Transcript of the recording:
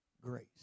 grace